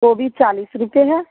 गोभी चालीस रुपये है